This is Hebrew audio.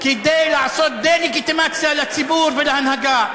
כדי לעשות דה-לגיטימציה לציבור ולהנהגה,